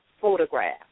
photograph